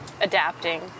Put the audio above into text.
adapting